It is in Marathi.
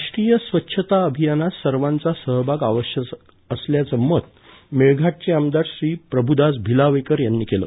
राष्ट्रीय स्वच्छता अभियानात सर्वाचा सहभाग आवश्यक असल्याचं मत मेळघाटचे आमदार श्री प्रभुदास भिलावेकर यांनी मांडलं